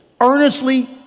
Earnestly